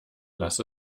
lass